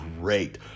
great